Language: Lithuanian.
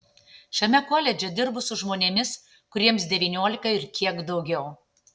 šiame koledže dirbu su žmonėmis kuriems devyniolika ir kiek daugiau